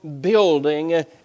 building